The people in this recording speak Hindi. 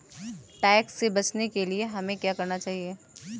टैक्स से बचने के लिए हमें क्या करना चाहिए?